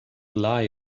lie